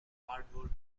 hardwood